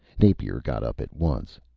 napier got up at once.